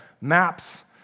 maps